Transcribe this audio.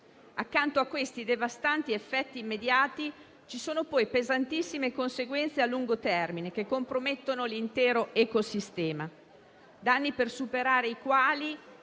Accanto a questi devastanti effetti immediati, ci sono poi pesantissime conseguenze a lungo termine, che compromettono l'intero ecosistema. Si tratta di danni per superare i quali